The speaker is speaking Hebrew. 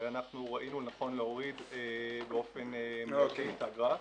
וראינו לנכון להוריד באופן מרבי את האגרה.